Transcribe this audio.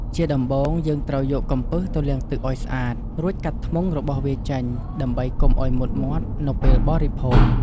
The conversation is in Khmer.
ជាដំំបូង យើងត្រូវយកកំពឹសទៅលាងទឹកឱ្យស្អាត រួចកាត់ធ្មុងរបស់វាចេញ ដើម្បីកុំឱ្យមុតមាត់នៅពេលបរិភោគ។